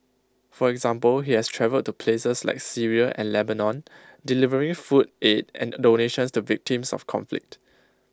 for example he has travelled to places like Syria and Lebanon delivering food aid and donations to victims of conflict